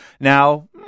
now